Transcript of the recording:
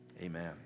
amen